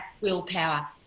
willpower